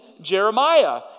Jeremiah